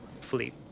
fleet